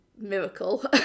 miracle